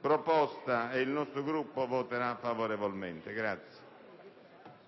proposta, alla quale il nostro Gruppo voterà favorevolmente.